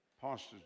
pastors